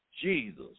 Jesus